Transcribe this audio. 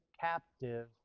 captive